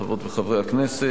חברות וחברי הכנסת,